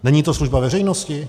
Není to služba veřejnosti?